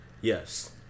Yes